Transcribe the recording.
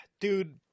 dude